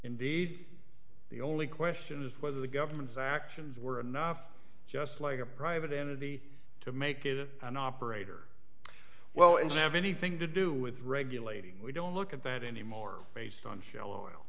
indeed the only question is whether the government's actions were enough just like a private entity to make it an operator well and you have anything to do with regulating we don't look at that anymore based on sh